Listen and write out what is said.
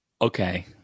okay